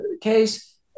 case